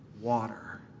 water